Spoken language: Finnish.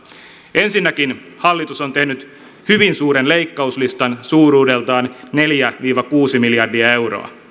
ensinnäkin hallitus on tehnyt hyvin suuren leikkauslistan suuruudeltaan neljä viiva kuusi miljardia euroa